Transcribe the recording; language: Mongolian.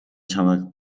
чамайг